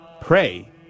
pray